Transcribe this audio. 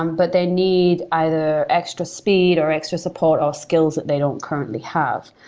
um but they need either extra speed or extra support or skills that they don't currently have.